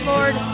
Lord